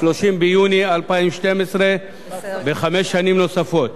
30 ביוני 2012, בחמש שנים נוספות.